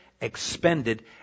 expended